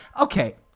Okay